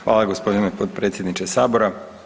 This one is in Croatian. Hvala gospodine potpredsjedniče Sabora.